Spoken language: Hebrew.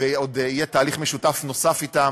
ועוד יהיה תהליך משותף נוסף אתם,